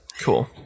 Cool